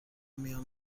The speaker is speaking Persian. میام